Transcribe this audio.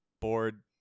bored